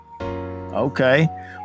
Okay